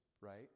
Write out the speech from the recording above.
right